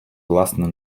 власну